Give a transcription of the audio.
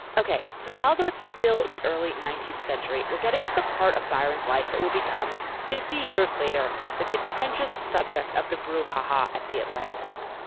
ok, so now, though, it's still the early nineteenth century. we're getting to the part of byron's life that will become fifty years later. the contentious subject of the brouhaha at the atlantic.